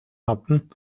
hatten